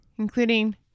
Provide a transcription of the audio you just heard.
Including